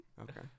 Okay